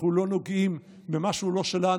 אנחנו לא נוגעים במה שהוא לא שלנו.